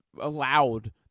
allowed